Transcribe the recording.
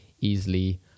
easily